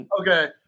Okay